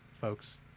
folks